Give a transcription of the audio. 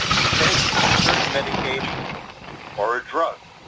you take a certain medication or a drug,